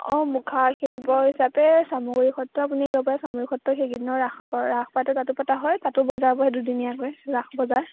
অঁ মুখা শিল্প হিচাপে চামগুৰি সত্ৰ আপুনি আহিব পাৰে চামগুৰি সত্ৰত সেইকেইদিনৰ ৰাস হয় ৰাস পাতে তাতো পতা হয় তাতো বজাৰ বহে দুদিনীয়াকৈ ৰাসৰ বজাৰ